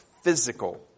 physical